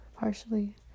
Partially